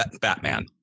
batman